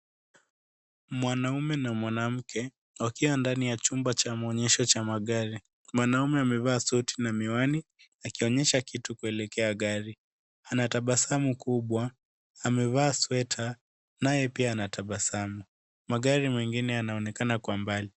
Mwanaume na mwanamke wakiwa ndani ya chumba cha maonyesho cha magari, mwanaume amevaa suti na miwani akionyesha kitu kuelekea gari. Anatabasamu kubwa, amevaa sweta naye pia anatabasamu. Magari mengine yanaonekana kwa mbali.